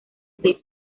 seis